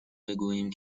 بگوییم